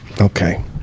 Okay